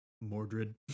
Mordred